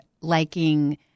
liking